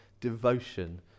devotion